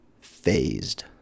phased